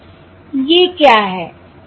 ये क्या हैं